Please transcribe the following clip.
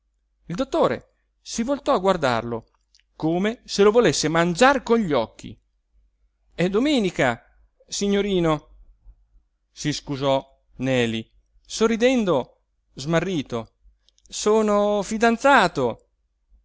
il dottore si voltò a guardarlo come se lo volesse mangiar con gli occhi è domenica signorino si scusò neli sorridendo smarrito sono fidanzato